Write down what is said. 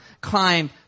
climbed